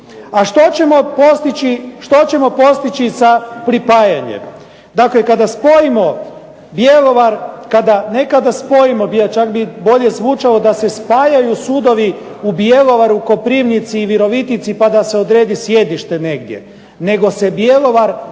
A što ćemo postići sa pripajanjem? Dakle, kada spojimo Bjelovar, ne kada spojimo, čak bi bolje zvučalo da se spajaju sudovi u Bjelovaru, Koprivnici i Virovitici pa da se odredi sjedište negdje nego se Koprivnica,